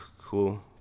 cool